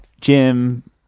Jim